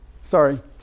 sorry